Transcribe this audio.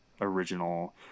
original